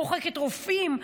מוחקת רופאים,